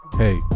hey